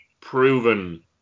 proven